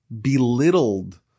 belittled